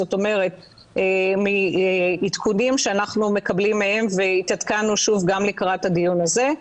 זאת אומרת מעדכונים שאנחנו מקבלים מהם והתעדכנו שוב גם לקראת הדיון הזה,